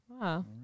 Wow